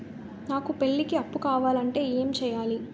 నాకు పెళ్లికి అప్పు కావాలంటే ఏం చేయాలి?